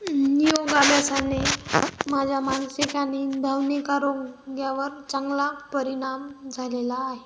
योगाभ्यासाने माझ्या मानसिक आणि भावनिक आरोग्यावर चांगला परिणाम झालेला आहे